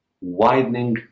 widening